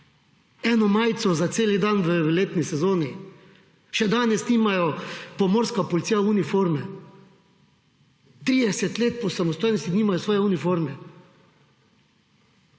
Eno majico za celi dan v letni sezoni. Še danes nimajo pomorska policija uniforme, 30 let po samostojnosti nimajo svoje uniforme.